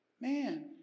Man